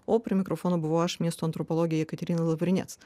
o prie mikrofono buvau aš miesto antropologė jekaterina lavrinec